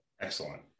Excellent